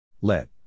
Let